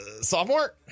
sophomore